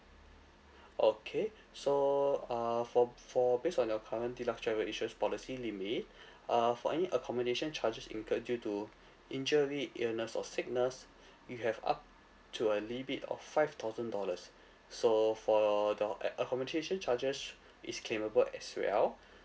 okay so uh for for based on your current deluxe travel insurance policy limit uh for any accommodation charges incurred due to injury illness or sickness you have up to a limit of five thousand dollars so for the ho~ ac~ accommodation charges is claimable as well